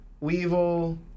Weevil